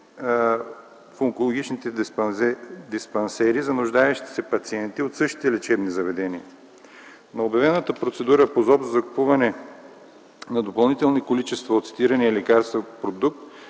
в онкологичните диспансери за нуждаещите се пациенти от същите лечебни заведения. На обявената процедура по ЗОП за закупуване на допълнителни количества от цитирания лекарствен продукт